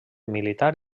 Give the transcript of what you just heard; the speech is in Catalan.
militar